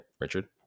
richard